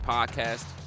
Podcast